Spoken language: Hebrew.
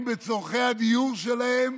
בצורכי הדיור שלהם